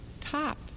top